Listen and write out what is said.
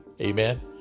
amen